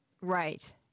Right